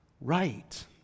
right